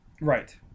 Right